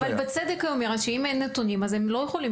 אבל היא אומרת בצדק שאם אין נתונים אז הם לא יכולים